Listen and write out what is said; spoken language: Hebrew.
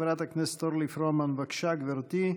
חברת הכנסת אורלי פורמן, בבקשה, גברתי.